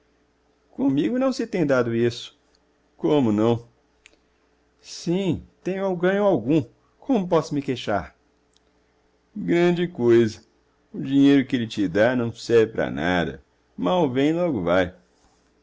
comigo não se tem dado isso como não sim tenho ganho algum como posso me queixar grande coisa o dinheiro que ele te dá não serve pra nada mal vem logo vai